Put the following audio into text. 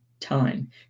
time